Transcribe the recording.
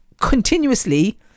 continuously